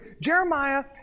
Jeremiah